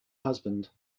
husband